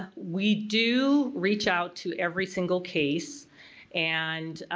we do reach out to every single case and